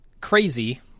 crazy –